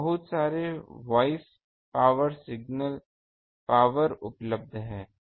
तो बहुत सारे वॉइस पावर सिग्नल पावर उपलब्ध हैं